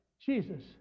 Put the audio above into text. Jesus